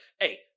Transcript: Hey